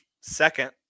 second